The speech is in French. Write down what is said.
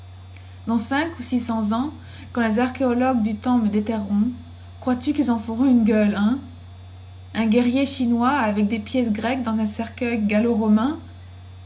dans cinq ou six cents ans quand les archéologues du temps me déterreront crois-tu quils en feront une gueule hein un guerrier chinois avec des pièces grecques dans un cercueil galloromain